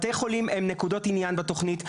בתי חולים הם נקודות עניין בתוכנית,